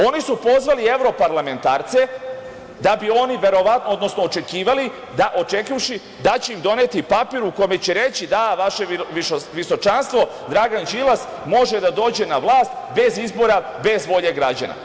Oni su pozvali evroparlamentarce da bi oni verovatno, odnosno očekivali, da će im doneti papir u kome će reći – da, vaše visočanstvo, Dragan Đilas može da dođe na vlast bez izbor, bez volje građana.